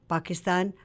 Pakistan